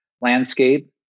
landscape